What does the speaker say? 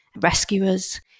rescuers